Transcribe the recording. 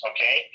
Okay